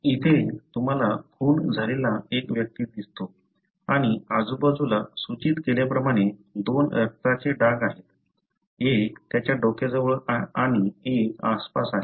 इथे तुम्हाला खून झालेला एक व्यक्ती दिसतो आणि आजूबाजूला सूचित केल्याप्रमाणे दोन रक्ताचे डाग आहेत एक त्याच्या डोक्याजवळ आणि एक आसपास आहे